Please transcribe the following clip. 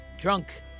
drunk